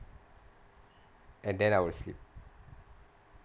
and then I will sleep